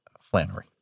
Flannery